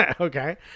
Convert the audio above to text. okay